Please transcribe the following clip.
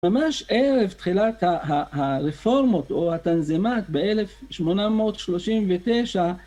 ממש ערב תחילת הרפורמות או התנזמת ב-1839